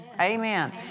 Amen